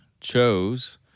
chose